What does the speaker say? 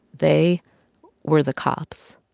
they were the cops.